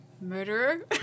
murderer